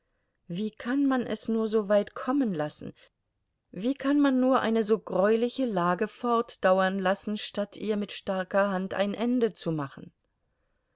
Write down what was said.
wie kann man es nur so weit kommen lassen wie kann man nur eine so greuliche lage fortdauern lassen statt ihr mit starker hand ein ende zu machen